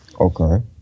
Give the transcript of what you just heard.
Okay